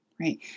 right